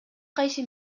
кайсы